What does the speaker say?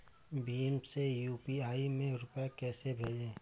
भीम से यू.पी.आई में रूपए कैसे भेजें?